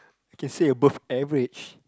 you can say above average